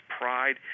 pride